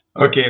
Okay